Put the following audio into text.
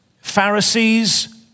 Pharisees